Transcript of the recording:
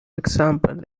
example